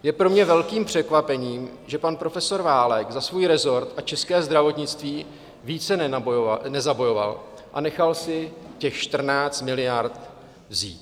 Je pro mě velkým překvapením, že pan profesor Válek za svůj resort a české zdravotnictví více nezabojoval a nechal si těch 14 miliard vzít.